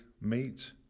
meet